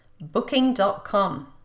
Booking.com